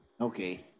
Okay